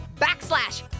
backslash